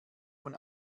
von